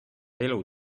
elu